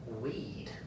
weed